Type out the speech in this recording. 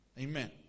Amen